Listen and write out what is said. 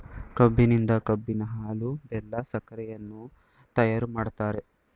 ಕಬ್ಬಿನಿಂದ ಕಬ್ಬಿನ ಹಾಲು, ಬೆಲ್ಲ, ಸಕ್ಕರೆಯನ್ನ ತಯಾರು ಮಾಡ್ತರೆ